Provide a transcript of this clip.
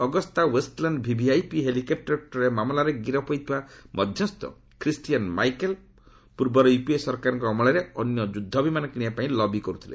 Agusta Westland VVIP helicopter କ୍ରୟ ମାମଲାରେ ଗିରଫ ହୋଇଥିବା ମଧ୍ୟସ୍କୁ ଖ୍ରୀଷ୍ଟିୟାନ୍ ମାଇକେଲ୍ ପୂର୍ବର ୟୁପିଏ ସରକାରଙ୍କ ଅମଳରେ ଅନ୍ୟ ଯୁଦ୍ଧ ବିମାନ କିଣିବା ପାଇଁ ଲବି କରୁଥିଲେ